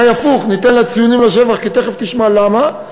אולי הפוך, ניתן לה ציונים לשבח, תכף תשמע למה.